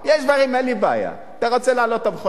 יש דברים שאין לי בעיה: אתה רוצה להעלות את המכוניות,